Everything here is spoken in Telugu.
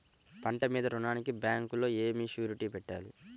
పంట మీద రుణానికి బ్యాంకులో ఏమి షూరిటీ పెట్టాలి?